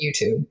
YouTube